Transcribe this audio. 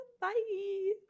Bye